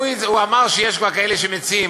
הוא אמר שיש כבר כאלה שמציעים.